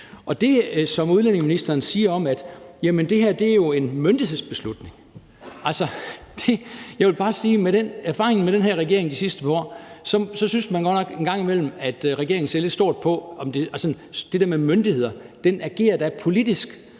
de her ting. Udlændingeministeren siger, at det her jo er en myndighedsbeslutning, og med erfaringen med den her regering de sidste par år synes man godt nok en gang imellem, at regeringen ser lidt stort på det. Der bliver da ageret politisk,